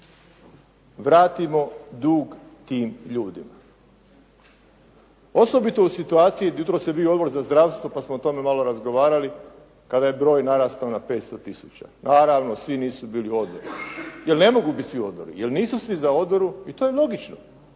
vratimo dug tim ljudima. Osobito u situaciji, jutros je bio Odbor za zdravstvo, pa smo o tome malo razgovarali, kada je broj narastao na 500 tisuća. Naravno, svi nisu bili u odori jer ne mogu biti svi u odbori, jer nisu svi za odoru i to je logično